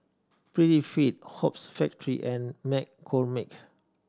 Prettyfit Hoops Factory and McCormick